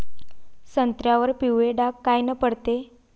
संत्र्यावर पिवळे डाग कायनं पडते?